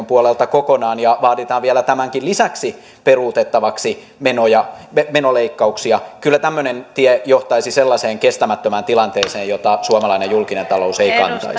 puolelta kokonaan ja vaaditaan vielä tämänkin lisäksi peruutettavaksi menoleikkauksia kyllä tämmöinen tie johtaisi sellaiseen kestämättömään tilanteeseen jota suomalainen julkinen talous ei